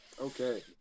Okay